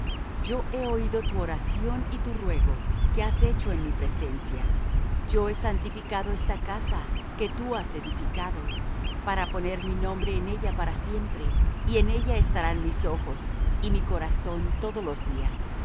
yo he oído tu oración y tu ruego que has hecho en mi presencia yo he santificado esta casa que tú has edificado para poner mi nombre en ella para siempre y en ella estarán mis ojos y mi corazón todos los días